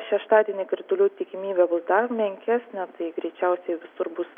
šeštadienį kritulių tikimybė bus dar menkesnė tai greičiausiai visur bus